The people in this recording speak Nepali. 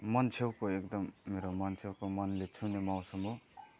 मनछेउको एकदम मेरो मनछेउको मनले छुने मौसम हो